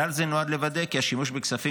כלל זה נועד לוודא כי השימוש בכספים